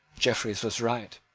jeffreys was right.